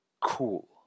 cool